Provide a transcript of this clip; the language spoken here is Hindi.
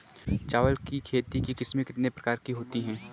चावल की खेती की किस्में कितने प्रकार की होती हैं?